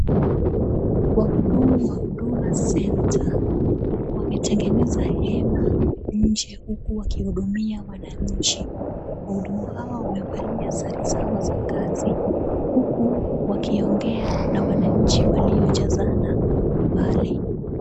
Wahudumu wa huduma centre wametengeza hema nje huku wakihudumia wanchi. Wahudumu hawa wamevalia sare zao za kazi, huku wakiongea na wananchi waliojazana pale.